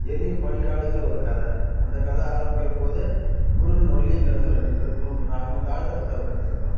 எதையும் ஒரு கதை அந்த கதை ஆரம்பிக்கிறம் போது முருகன் வள்ளிங்கிறவங்க ரெண்டு பேர் குடும்பம் பண்ணுறாங்க அவங்க தாழ்த்தப்பட்ட வர்க்கத்தை சேர்ந்தவங்க